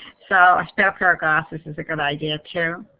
so, a spare pair of glasses is a good idea too.